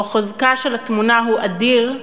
שבו חוזקה של התמונה הוא אדיר,